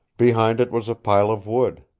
behind it was a pile of wood.